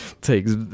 takes